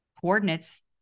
coordinates